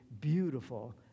beautiful